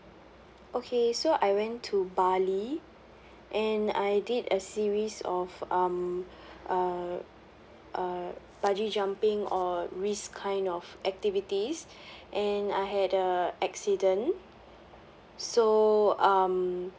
okay so I went to bali and I did a series of um uh uh bungee jumping or risk kind of activities and I had a accident so um